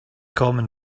common